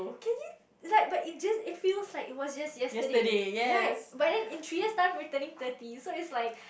can you like but it just it feels like it was just yesterday right but then in three years time we turning thirty so it's like